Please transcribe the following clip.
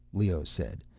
leoh said.